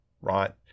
Right